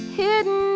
hidden